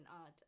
art